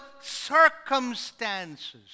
circumstances